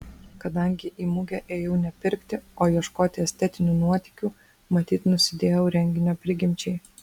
kadangi į mugę ėjau ne pirkti o ieškoti estetinių nuotykių matyt nusidėjau renginio prigimčiai